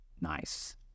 Nice